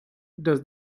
does